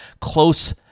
close